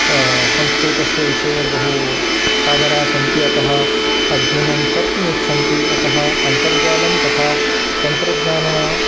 संस्कृतस्य विषये बहु सादराः सन्ति अतः अध्ययनं कर्तुम् इच्छन्ति अतः अन्तर्जालं तथा तन्त्रज्ञान